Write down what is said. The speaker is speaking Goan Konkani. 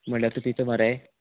म्हणल्यार तूं पिता मरे